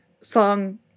song